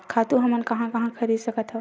खातु हमन कहां कहा ले खरीद सकत हवन?